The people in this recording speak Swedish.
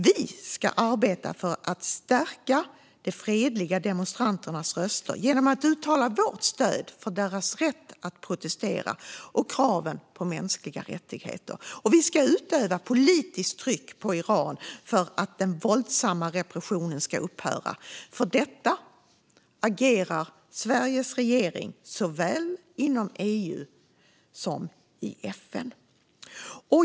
Vi ska arbeta för att stärka de fredliga demonstranternas röster genom att uttala vårt stöd för deras rätt att protestera och ställa krav på mänskliga rättigheter. Vi ska utöva politiskt tryck på Iran för att den våldsamma repressionen ska upphöra. För detta agerar Sveriges regering såväl inom EU som i FN.